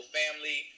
family